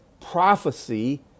prophecy